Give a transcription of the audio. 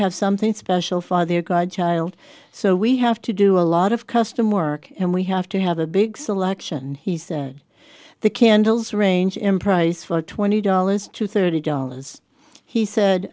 have something special for their god child so we have to do a lot of custom work and we have to have a big selection he says the candles range in price for twenty dollars to thirty dollars he said